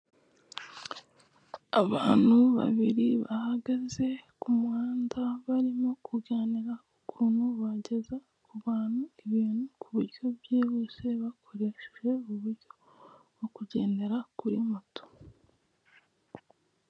Abantu babiri bahagaze ku muhanda barimo kuganira ukuntu bageza ku bantu ibintu ku buryo bwihuse bakoresheje uburyo bwo kugendera kuri moto.